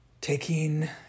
Taking